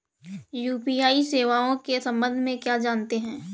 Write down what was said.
UPI सेवाओं के संबंध में क्या जानते हैं?